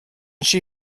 she